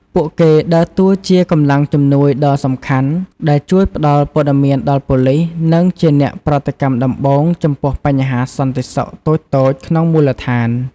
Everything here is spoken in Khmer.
ពួកគេដើរតួជាកម្លាំងជំនួយដ៏សំខាន់ ដែលជួយផ្តល់ព័ត៌មានដល់ប៉ូលិស និងជាអ្នកប្រតិកម្មដំបូងចំពោះបញ្ហាសន្តិសុខតូចៗក្នុងមូលដ្ឋាន។